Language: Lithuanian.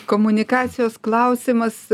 komunikacijos klausimas